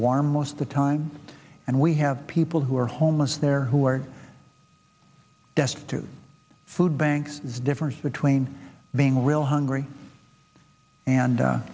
warm most of the time and we have people who are homeless there who are desperate to food banks the difference between being real hungry and